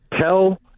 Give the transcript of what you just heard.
Tell